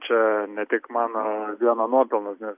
čia ne tik mano vieno nuopelnas nes